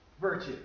virtue